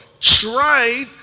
tried